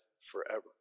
forever